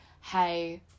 hey